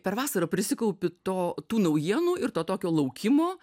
per vasarą prisikaupi to tų naujienų ir to tokio laukimo